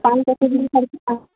پانی